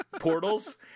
Portals